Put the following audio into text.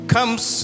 Comes